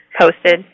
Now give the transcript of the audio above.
posted